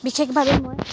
বিশেষভাৱে মই